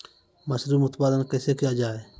Mushroom उत्पादन कैसे किया जाय?